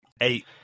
Eight